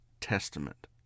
Testament